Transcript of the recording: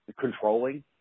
controlling